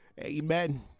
Amen